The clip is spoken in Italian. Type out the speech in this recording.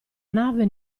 nave